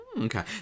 Okay